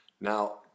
Now